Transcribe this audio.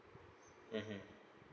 mmhmm